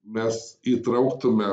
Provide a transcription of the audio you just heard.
mes įtrauktume